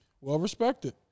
Well-respected